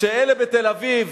שאלה בתל-אביב,